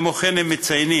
כמו כן הם מציינים